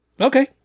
Okay